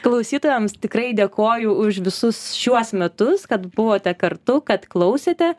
klausytojams tikrai dėkoju už visus šiuos metus kad buvote kartu kad klausėte